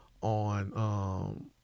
on